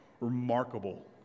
remarkable